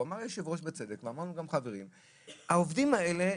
אמר היושב-ראש בצדק שהעובדים הללו,